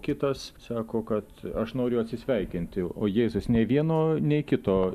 kitas sako kad aš noriu atsisveikinti o jėzus nei vieno nei kito